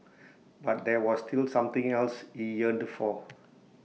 but there was still something else he yearned for